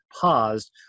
paused